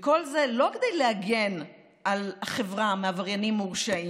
וכל זה לא כדי להגן על החברה מעבריינים מורשעים,